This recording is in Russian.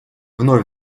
вновь